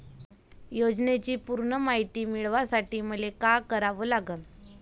योजनेची पूर्ण मायती मिळवासाठी मले का करावं लागन?